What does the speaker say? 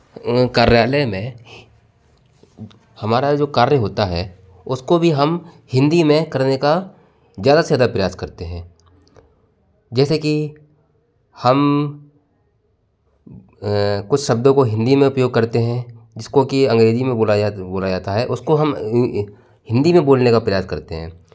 कार्यालय में हमारा जो कार्य होता है उसको भी हम हिंदी में करने का ज़्यादा से ज़्यादा प्रयास करते हैं जैसे की हम कुछ शब्दों को हिंदी में उपयोग करते हैं इसको की अंग्रेजी में बोला याद बोला जाता है उसको हम हिंदी में बोलने का प्रयास करते हैं